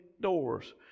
doors